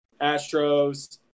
Astros